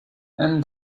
and